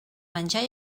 menjar